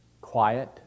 quiet